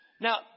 Now